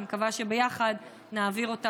ואני מקווה שביחד נעביר אותה,